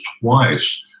twice